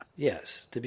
Yes